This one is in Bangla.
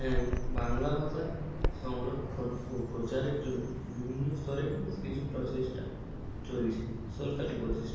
হ্যাঁ বাংলা ভাষা সংরক্ষণ ও প্রচারের জন্য বিভিন্ন স্তরের বেশ কিছু প্রচেষ্টা চলছে সরকারি প্রচেষ্ঠা